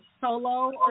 solo